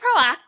proactive